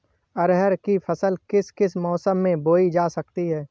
अरहर की फसल किस किस मौसम में बोई जा सकती है?